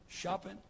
shopping